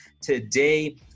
Today